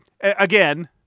again